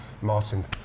Martin